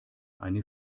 eine